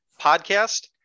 podcast